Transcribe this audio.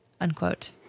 Unquote